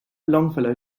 longfellow